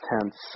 tense